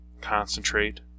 concentrate